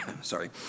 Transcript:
Sorry